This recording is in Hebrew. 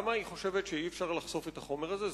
למה היא חושבת שאי-אפשר לחשוף את החומר הזה?